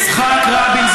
יצחק רבין,